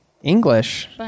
english